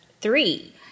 three